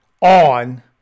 on